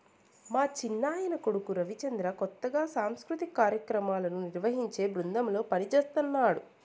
మా చిన్నాయన కొడుకు రవిచంద్ర కొత్తగా సాంస్కృతిక కార్యాక్రమాలను నిర్వహించే బృందంలో పనిజేస్తన్నడు